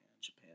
Japan